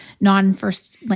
non-first